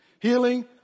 Healing